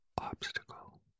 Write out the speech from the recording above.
obstacle